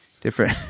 Different